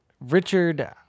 Richard